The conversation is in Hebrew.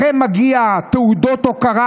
לכם מגיעה תעודות הוקרה,